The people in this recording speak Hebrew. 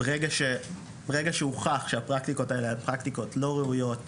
ברגע שהוכח שהפרקטיקות האלה הן פרקטיקות לא ראויות,